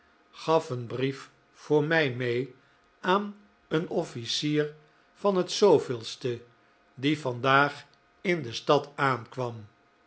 gaf een brief voor mij mee aan een officier van het de die vandaag in de stad aankwam